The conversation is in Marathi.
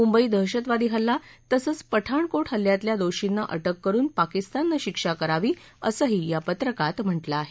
मुंबई दहशतवादी हल्ला तसंच पठाणकोट हल्ल्यातल्या दोषींना अटक करुन पाकिस्ताननं शिक्षा करावी असंही या पत्रकात म्हटलं आहे